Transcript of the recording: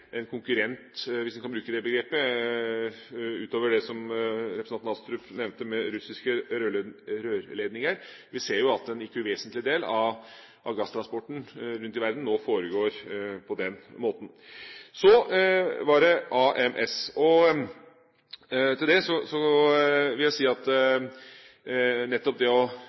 en konkurrent, hvis vi kan bruke det begrepet, utover det som representanten Astrup nevnte om russiske rørledninger. Vi ser jo at en ikke uvesentlig del av gasstransporten rundt omkring i verden nå foregår på den måten. Så gjelder det AMS. Til det vil jeg si at nettopp det å ha